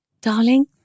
darling